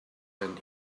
than